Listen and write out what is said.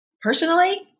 Personally